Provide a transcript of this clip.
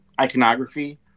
iconography